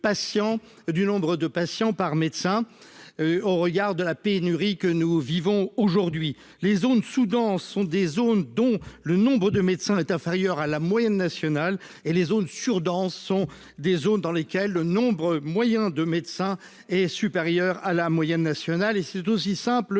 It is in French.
du nombre de patients par médecin au regard de la pénurie que nous vivons aujourd'hui les zones Soudan sont des zones dont le nombre de médecins est inférieur à la moyenne nationale et les zones sur-denses sont des zones dans lesquelles le nombre moyen de médecins et supérieur à la moyenne nationale et c'est aussi simple